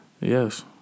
Yes